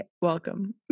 welcome